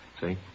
See